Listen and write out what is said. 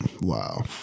Wow